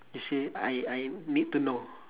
you see I I need to know